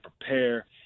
prepare